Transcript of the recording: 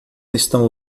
estão